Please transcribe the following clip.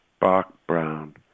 bark-brown